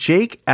Jake